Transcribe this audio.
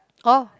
oh